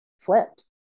flipped